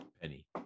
penny